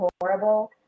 horrible